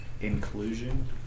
Inclusion